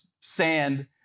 sand